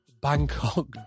Bangkok